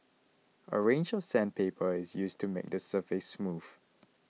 a range of sandpaper is used to make the surface smooth